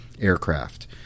aircraft